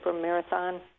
Marathon